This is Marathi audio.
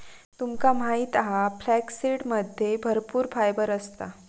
तुमका माहित हा फ्लॅक्ससीडमध्ये भरपूर फायबर असता